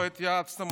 לא התייעצתם,